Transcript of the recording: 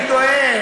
אני תוהה,